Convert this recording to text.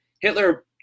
Hitler